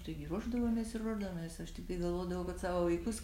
taigi ruošdavomės ir ruošdavomės aš tiktai galvodavau kad savo vaikus